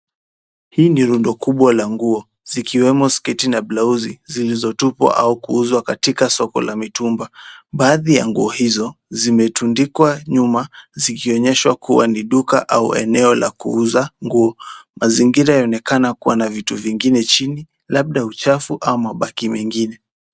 Hii ni rundo kubwa la nguo zikiwemo sketi na blausi zilizotupwa au kuuzwa katika soko la mitumba. Baadhi ya nguo hizo, zimetundikwa nyuma zikionyeshwa ni duka au eneo la kuuza nguo. Mazingira yaonekana kuwa na vitu vingine chini labda uchafu au mabaki mengine.